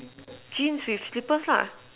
jeans with slippers lah